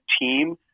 team